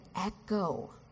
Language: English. echo